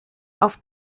auf